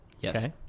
Yes